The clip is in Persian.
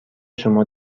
شما